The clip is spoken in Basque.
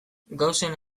gaussen